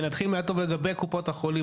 לגבי קופות החולים,